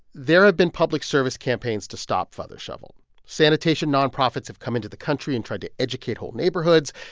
there have been public service campaigns to stop father shovel. sanitation nonprofits have come into the country and tried to educate whole neighborhoods.